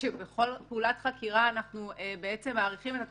שבכל פעולת חקירה אנחנו מאריכים את התקופה,